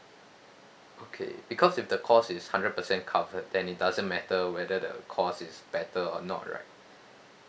okay because if the cost is hundred percent covered then it doesn't matter whether the cost is better or not right